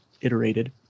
iterated